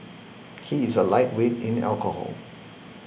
he is a lightweight in alcohol